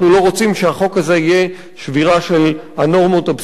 שהחוק הזה יהיה שבירה של הנורמות הבסיסיות.